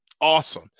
Awesome